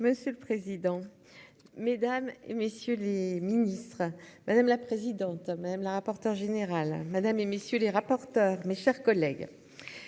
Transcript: Monsieur le président, Mesdames et messieurs les ministres, madame la présidente, madame la rapporteure générale, Madame et messieurs les rapporteurs, mes chers collègues